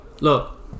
Look